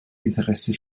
interesse